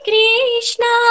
Krishna